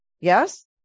Yes